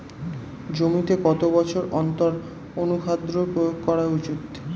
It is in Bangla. জমিতে কত বছর অন্তর অনুখাদ্য প্রয়োগ করা উচিৎ?